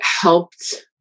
helped